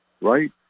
right